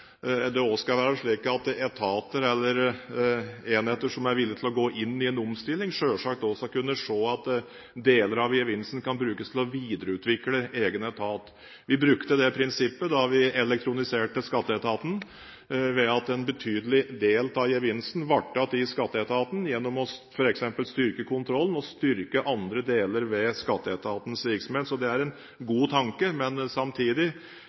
etater eller enheter som er villige til å gå inn i en omstilling, selvsagt skal kunne se at deler av gevinsten brukes til å videreutvikle egen etat. Vi brukte det prinsippet da vi elektroniserte skatteetaten, ved at en betydelig del av gevinsten ble igjen i skatteetaten, gjennom f.eks. at man styrket kontrollen og styrket andre deler av skatteetatens virksomhet. Det er en god tanke, men samtidig